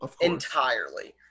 Entirely